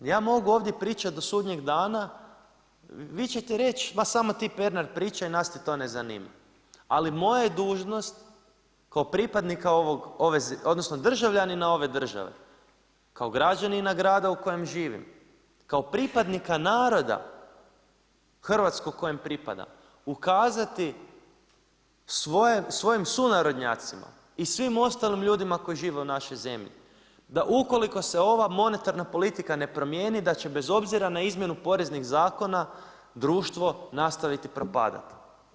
Ja mogu ovdje pričati do sudnjeg dana, vi ćete reći, ma samo ti Pernar pričaj, nas ti to ne zanima, ali moja je dužnost kao pripadnika državljanina ove države, kao građanina grada u kojem živim, kao pripadnika naroda hrvatskog kojem pripadam, ukazati svojim sunarodnjacima i svim ostalim ljudima koji žive u našoj zemlji da ukoliko se ova monetarna politika ne promijeni, da će bez obzira na izmjenu poreznih zakona društvo nastaviti propadati.